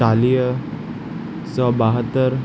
चालीह सौ ॿाहतर